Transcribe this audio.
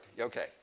Okay